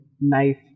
knife